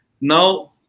Now